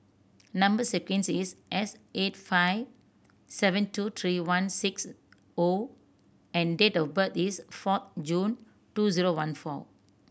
number sequence is S eight five seven two three one six O and date of birth is four June two zero one four